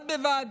בד בבד,